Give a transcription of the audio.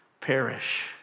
perish